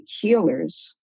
healers